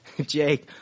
Jake